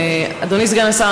אדוני סגן השר,